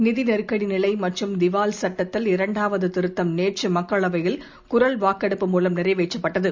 நிதி நெருக்கடி நிலை மற்றும் திவால் சட்டத்தில் இரண்டாவது திருத்தம் இன்று மக்களவையில் குரல் வாக்கெடுப்பு மூலம் நிறைவேற்றப்பட்டது